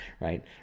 right